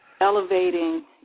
elevating